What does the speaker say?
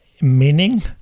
meaning